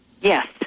Yes